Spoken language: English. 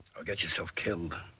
or get yourself killed.